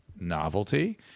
novelty